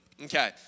Okay